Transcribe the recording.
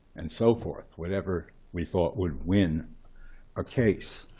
and so forth whatever we thought would win a case.